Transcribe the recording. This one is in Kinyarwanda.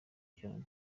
cyane